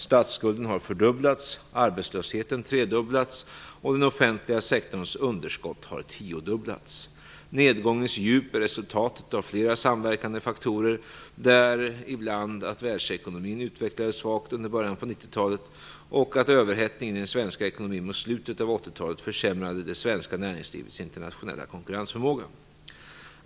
Statsskulden har fördubblats, arbetslösheten tredubblats och den offentliga sektorns underskott tiodubblats. Nedgångens djup är resultatet av flera samverkande faktorer, däribland att världsekonomin utvecklades svagt under början på 90-talet, och att överhettningen i den svenska ekonomin mot slutet av 80-talet försämrade det svenska näringslivets internationella konkurrensförmåga.